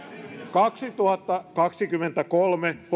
kaksituhattakaksikymmentäkolme